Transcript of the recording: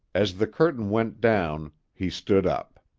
as the curtain went down he stood up.